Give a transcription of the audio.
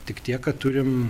tik tiek kad turim